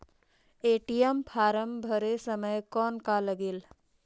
ATM form भरे समय कौन का लगेल?